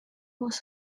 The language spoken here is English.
was